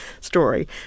story